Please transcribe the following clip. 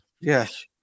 Yes